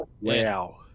Wow